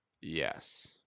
Yes